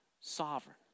sovereign